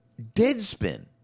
Deadspin